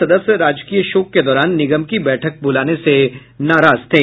सदस्य राजकीय शोक के दौरान निगम की बैठक बुलाने से नाराज थे